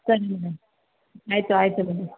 ಸರಿ ಮೇಡಮ್ ಆಯಿತು ಆಯಿತು ಮೇಡಮ್